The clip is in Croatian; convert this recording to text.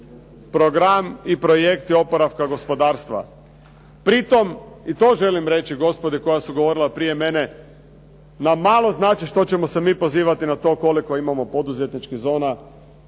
program i projekti oporavka gospodarstva Pri tome i to želi reći gospodi koja su govorili prije mene nam malo znači što ćemo se mi pozivati na to koliko imamo poduzetničkih zona.